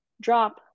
drop